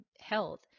health